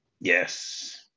Yes